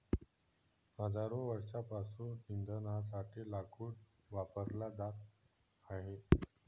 हजारो वर्षांपासून इंधनासाठी लाकूड वापरला जात आहे